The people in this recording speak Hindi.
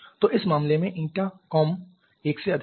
तो इस मामले में ηComb 1 से अधिक है